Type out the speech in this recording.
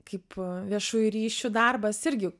kaip viešųjų ryšių darbas irgi